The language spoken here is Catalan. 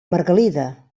margalida